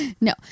No